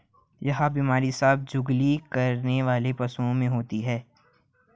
यह बीमारी सभी जुगाली करने वाले पशुओं में होती है